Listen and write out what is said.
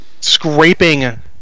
scraping